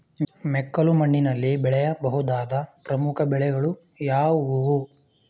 ಮೆಕ್ಕಲು ಮಣ್ಣಿನಲ್ಲಿ ಬೆಳೆಯ ಬಹುದಾದ ಪ್ರಮುಖ ಬೆಳೆಗಳು ಯಾವುವು?